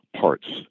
parts